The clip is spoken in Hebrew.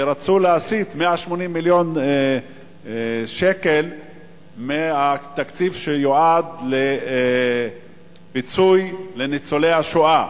שרצו להסיט 180 מיליון שקל מהתקציב שיועד כפיצוי לניצולי השואה,